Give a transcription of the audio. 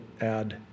add